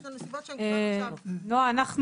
נעה,